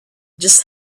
just